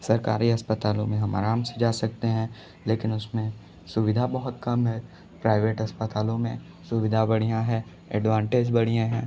सरकारी अस्पतालों में हम आराम से जा सकते हैं लेकिन उसमें सुविधा बहुत कम है प्राइवेट अस्पतालों में सुविधा बढ़िया है एडवांटेज बढ़िया हैं